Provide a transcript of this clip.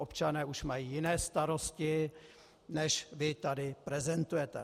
Občané už mají jiné starosti, než vy tady prezentujete.